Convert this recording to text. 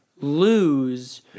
lose